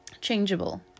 changeable